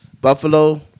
Buffalo